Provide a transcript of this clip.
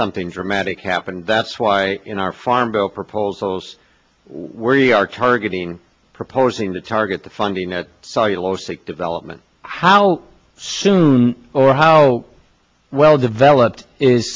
something dramatic happened that's why in our farm bill proposals were you are targeting proposing to target the funding that cellulosic development how soon or how well developed is